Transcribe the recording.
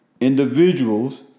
individuals